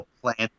plant